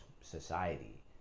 society